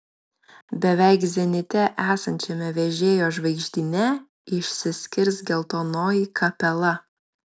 beveik zenite esančiame vežėjo žvaigždyne išsiskirs geltonoji kapela